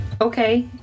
Okay